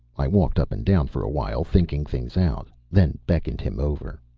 i walked up and down for a while thinking things out, then beckoned him over.